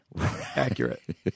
accurate